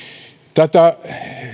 tätä